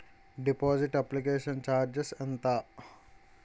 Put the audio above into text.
Deposit application charges ఎంత?